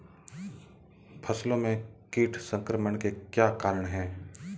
फसलों में कीट संक्रमण के क्या क्या कारण है?